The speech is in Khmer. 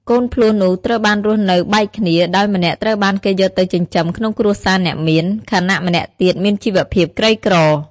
កូនភ្លោះនោះត្រូវបានរស់នៅបែកគ្នា ដោយម្នាក់ត្រូវបានគេយកទៅចិញ្ចឹមក្នុងគ្រួសារអ្នកមាន ខណៈម្នាក់ទៀតមានជីវភាពក្រីក្រ។